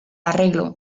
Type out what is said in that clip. arreglo